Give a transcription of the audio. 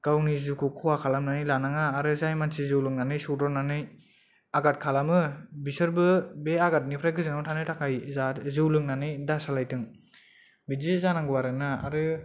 गावनि जिउखौ खहा खालामनानै लानाङा आरो जाय मानसि जौ लोंनानै सौदावनानै आगाद खालामो बिसोरबो बे आगादनिफ्राय गोजानाव थानो थाखाय जाहाथे जौ लोंनानै दा सालाय थों बिदि जानांगौ आरोना आरो